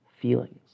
feelings